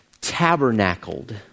tabernacled